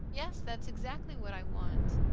yes that's exactly what i want.